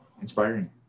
inspiring